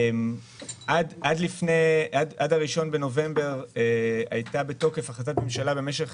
עד 1 בנובמבר הייתה בתוקף החלטת ממשלה במשך